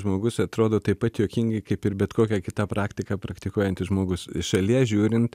žmogus atrodo taip pat juokingai kaip ir bet kokią kitą praktiką praktikuojantis žmogus iš šalies žiūrint